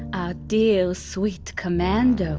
our dear sweet commander,